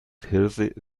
hirse